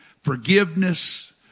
forgiveness